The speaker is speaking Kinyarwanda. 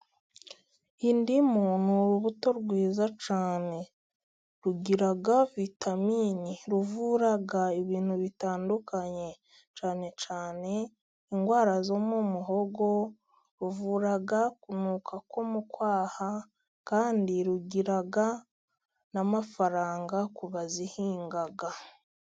Indimu ni urubuto rwiza cyane, rugira vitamini, ruvura ibintu bitandukanye, cyane cyane indwara zo mu muhogo , buvura kunuka mu kwaha, kandi rugira n'amafaranga ku bazihinga.